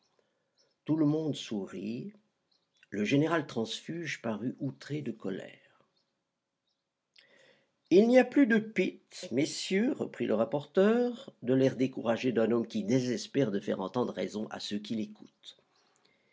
tout le monde sourit le général transfuge parut outré de colère il n'y a plus de pitt messieurs reprit le rapporteur de l'air découragé d'un homme qui désespère de faire entendre raison à ceux qui l'écoutent